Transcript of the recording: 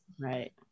Right